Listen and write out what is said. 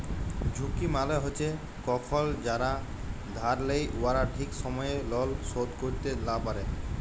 ঝুঁকি মালে হছে কখল যারা ধার লেই উয়ারা ঠিক সময়ে লল শোধ ক্যইরতে লা পারে